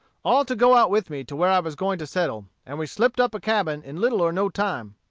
all to go out with me to where i was going to settle, and we slipped up a cabin in little or no time.